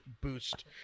boost